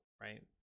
right